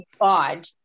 god